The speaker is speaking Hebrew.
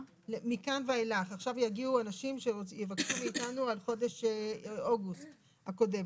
מכאן ואילך עכשיו יגיעו אנשים שיבקשו מאיתנו על חודש אוגוסט הקודם,